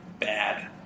bad